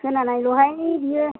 खोनानायल'हाय बियो